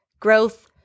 growth